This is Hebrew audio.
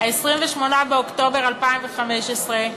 28 באוקטובר 2015,